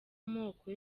moko